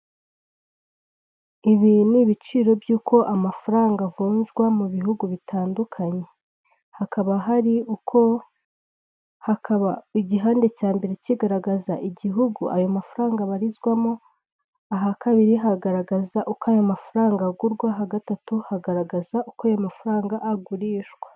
Ibi n'ibiciro byuko amafaranga avujwa mubihugu bitandukanye hakaba igihande cyambere kigaragaza iguhugu ayo mafaranga abarizwamo, ahakabiri hagaragaza uko ayomafaranga agurwa, ahagatuta hagaragaza uko ayo mafaranga agurishwa.